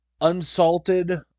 unsalted